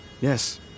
Yes